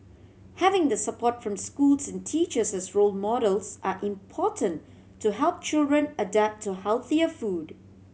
having the support from schools and teachers as role models are important to help children adapt to healthier food